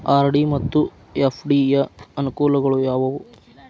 RD ಮತ್ತು FD ಯ ಅನುಕೂಲಗಳು ಯಾವವು?